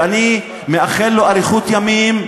ואני מאחל לו אריכות ימים.